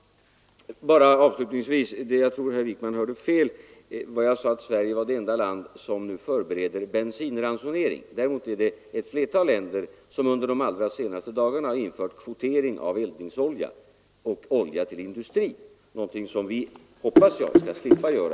Avslutningsvis tror jag herr Wijkman hörde fel — jag sade att Sverige är det enda land som nu förbereder bensinransonering. Däremot är det flera länder som under de senaste dagarna infört kvotering av eldningsolja och olja till industrin, vilket senare jag hoppas vi slipper göra.